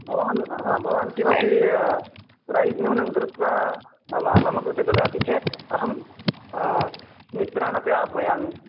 भवान् हा भवान् किमपि प्रैस् न्यूनं कृत्वा मम कृते ददाति चेत् अहं मित्राण्यपि आह्वयामि